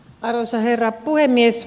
arvoisa herra puhemies